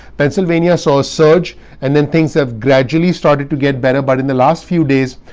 pennsylvania saw a surge and then things have gradually started to get better. but in the last few days,